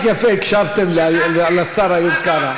עד עכשיו כל כך יפה הקשבתם לשר איוב קרא,